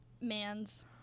man's